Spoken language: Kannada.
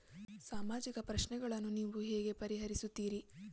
ಸಾಮಾಜಿಕ ಪ್ರಶ್ನೆಗಳನ್ನು ನೀವು ಹೇಗೆ ಪರಿಹರಿಸುತ್ತೀರಿ?